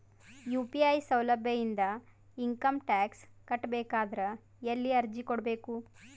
UPI ಸೌಲಭ್ಯ ಇಂದ income tax ಕಟ್ಟಬೇಕಾದರ ಎಲ್ಲಿ ಅರ್ಜಿ ಕೊಡಬೇಕು?